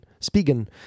Spigen